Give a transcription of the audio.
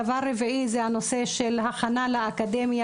דבר רביעי זה הנושא של הכנה לאקדמיה,